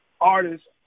artists